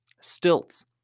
Stilts